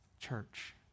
Church